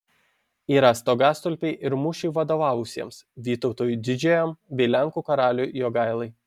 yra stogastulpiai ir mūšiui vadovavusiems vytautui didžiajam bei lenkų karaliui jogailai